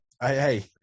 Hey